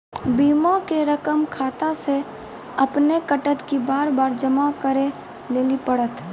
बीमा के रकम खाता से अपने कटत कि बार बार जमा करे लेली पड़त?